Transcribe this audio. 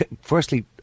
Firstly